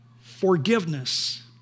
forgiveness